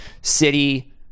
City